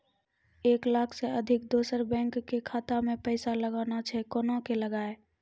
एक लाख से अधिक दोसर बैंक के खाता मे पैसा लगाना छै कोना के लगाए?